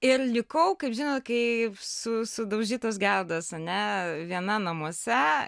ir likau kaip žinot kaip su sudaužytas gedas ne viena namuose